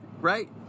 right